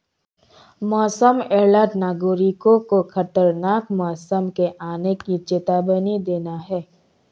मौसम अलर्ट नागरिकों को खतरनाक मौसम के आने की चेतावनी देना है